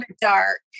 dark